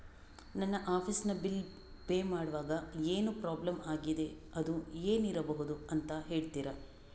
ನನ್ನ ಆಫೀಸ್ ನ bill pay ಮಾಡ್ವಾಗ ಏನೋ ಪ್ರಾಬ್ಲಮ್ ಆಗಿದೆ ಅದು ಏನಿರಬಹುದು ಅಂತ ಹೇಳ್ತೀರಾ?